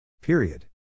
Period